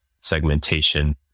segmentation